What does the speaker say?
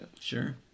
Sure